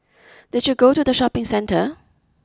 did you go to the shopping centre